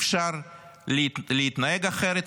אפשר להתנהג אחרת,